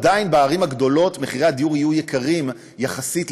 עדיין בערים הגדולות מחירי הדיור יהיו גבוהים יחסית,